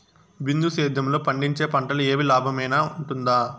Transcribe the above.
బిందు సేద్యము లో పండించే పంటలు ఏవి లాభమేనా వుంటుంది?